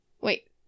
Wait